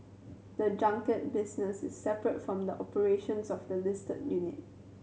the junket business is separate from the operations of the listed unit